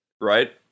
right